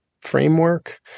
framework